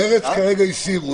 מרצ הסירו.